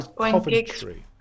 Coventry